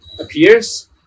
appears